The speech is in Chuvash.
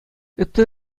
унти